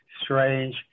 strange